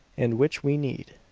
and which we need.